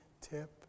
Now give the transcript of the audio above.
tip